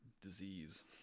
disease